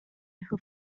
who